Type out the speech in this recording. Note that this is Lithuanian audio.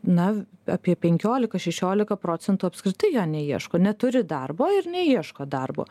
na apie penkiolika šešiolika procentų apskritai jo neieško neturi darbo ir neieško darbo